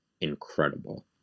incredible